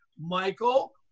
Michael